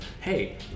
hey